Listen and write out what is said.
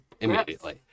Immediately